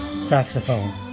saxophone